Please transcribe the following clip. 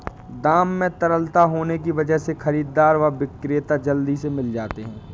दाम में तरलता होने की वजह से खरीददार व विक्रेता जल्दी से मिल जाते है